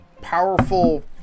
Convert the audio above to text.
powerful